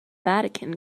vatican